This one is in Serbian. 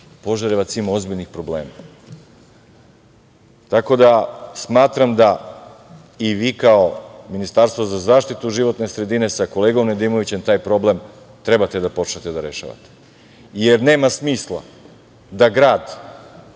Požarevac ima ozbiljnih problema. Tako da, smatram da i vi kao Ministarstvo za zaštitu životne sredine sa kolegom Nedimovićem taj problem trebate da počnete da rešavate, jer nema smisla da grad